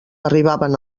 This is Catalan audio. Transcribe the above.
arribaven